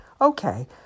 Okay